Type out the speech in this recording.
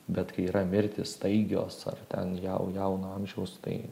bet kai yra mirtys staigios ar ten jau jauno amžiaus tai